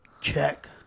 check